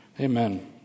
Amen